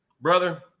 brother